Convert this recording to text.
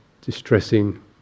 distressing